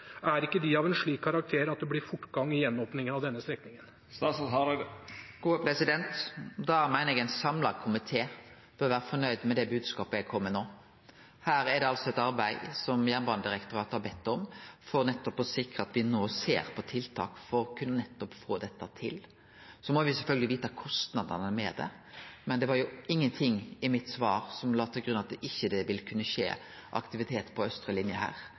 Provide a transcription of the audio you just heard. Er ikke de av en slik karakter at det blir fortgang i gjenåpningen av denne strekningen? Da meiner eg at ein samla komité bør vere fornøgd med den bodskapen eg kom med no. Det er no eit arbeid, som Jernbanedirektoratet har bedt om, i gang for å sjå på tiltak for å få til dette. Me må sjølvsagt vete kva kostnadane til dette er, men det var ingenting i svaret mitt som la til grunn at det ikkje vil kunne skje aktivitet her på austre linje.